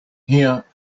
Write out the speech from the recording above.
here